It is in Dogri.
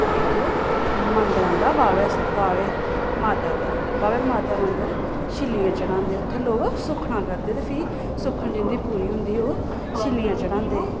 इक मन्दर आंदा बाह्वै बाह्वै माता दा बाह्वै माता दा मन्दर छिल्लियां चढ़ांदे उत्थें लोग सुक्खनां करदे ते फ्ही सुक्खन जिंदी पूरी होंदी ओह् छिल्लियां चढ़ांदे